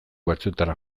batzuetara